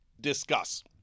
discuss